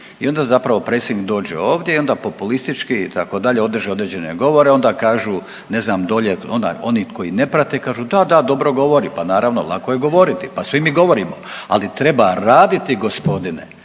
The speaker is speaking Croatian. I onda zapravo predsjednik dođe ovdje i ona populistički itd. održi određene govore, ona kažu ne znam dolje ona, oni koji ne prate kažu da, da dobro govori, pa naravno lako je govoriti, pa svi mi govorimo, ali treba raditi gospodine,